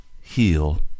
heal